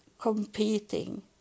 competing